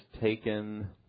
taken